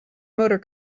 motor